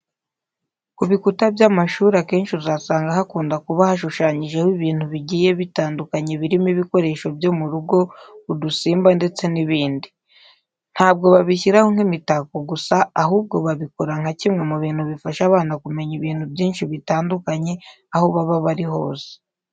Ku bikuta by'amashuri akenshi uzasanga hakunda kuba hashushanyijeho ibintu bigiye bitandukanye birimo ibikoresho byo mu rugo, udusimba ndetse n'ibindi. Ntabwo babishyiraho nk'imitako gusa, ahubwo babikora nka kimwe mu bintu bifasha abana kumenya ibintu byinshi bitandukanye aho baba bari hose.